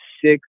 six